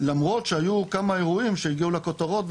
למרות שהיו כמה אירועים שהגיעו לכותרות,